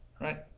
right